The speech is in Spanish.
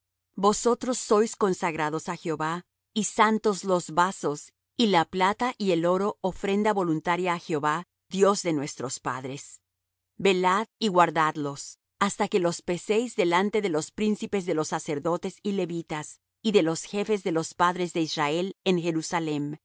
vosotros sois consagrados á jehová y santos los vasos y la plata y el oro ofrenda voluntaria á jehová dios de nuestros padres velad y guardadlos hasta que los peséis delante de los príncipes de los sacerdotes y levitas y de los jefes de los padres de israel en jerusalem